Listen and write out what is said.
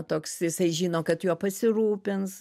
toks jisai žino kad juo pasirūpins